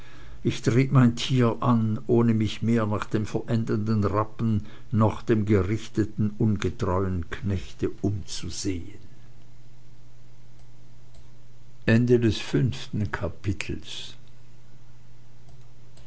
ich trieb mein tier an ohne mich mehr nach dem verendenden rappen noch dem gerichteten ungetreuen knechte umzusehen